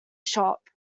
shop